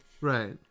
Right